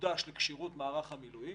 שמוקדש לכשירות מערך המילואים.